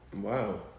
Wow